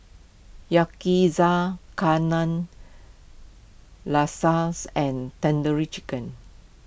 Yakizakana Lasas and Tandoori Chicken